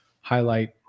highlight